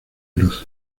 luz